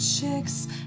chicks